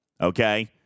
Okay